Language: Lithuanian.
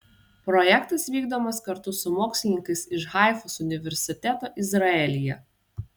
projektas vykdomas kartu su mokslininkais iš haifos universiteto izraelyje